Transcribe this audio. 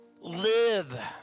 Live